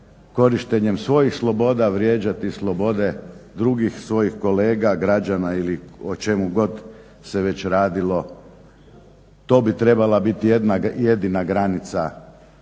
korištenjem svojih sloboda vrijeđati slobode drugih svojih kolega, građana ili o čemu god se već radilo. To bi trebala biti jedina granica.